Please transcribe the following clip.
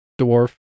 dwarf